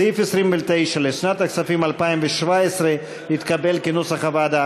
סעיף 29 לשנת הכספים 2017 התקבל, כנוסח הוועדה.